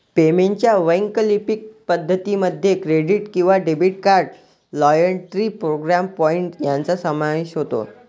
पेमेंटच्या वैकल्पिक पद्धतीं मध्ये क्रेडिट किंवा debit card, loyalty programme point यांचा समावेश होतो